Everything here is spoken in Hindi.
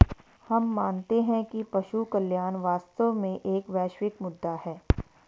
हम मानते हैं कि पशु कल्याण वास्तव में एक वैश्विक मुद्दा है